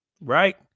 Right